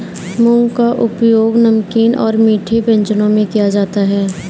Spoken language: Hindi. मूंग का उपयोग नमकीन और मीठे व्यंजनों में किया जाता है